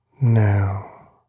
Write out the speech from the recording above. now